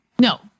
no